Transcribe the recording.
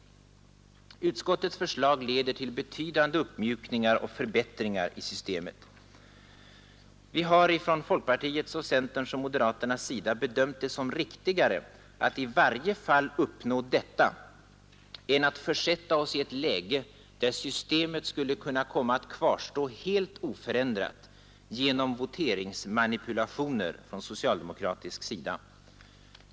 Utskottets förslag leder till betydande uppmjukningar och förbättringar i systemet. Vi har från folkpartiets, centerns och moderaternas sida bedömt det som riktigare att i varje fall uppnå detta än att försätta oss i ett läge, där systemet skulle kunna komma att kvarstå helt oförändrat genom voteringsmanipulationer från socialdemokratisk sida.